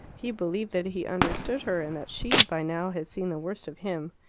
he believed that he understood her, and that she, by now, had seen the worst of him.